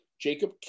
Jacob